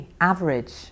average